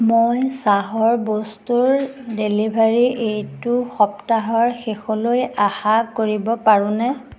মই চাহৰ বস্তুৰ ডেলিভাৰী এইটো সপ্তাহৰ শেষলৈ আশা কৰিব পাৰোঁনে